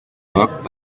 work